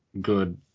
good